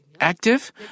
active